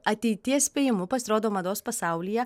ateities spėjimu pasirodo mados pasaulyje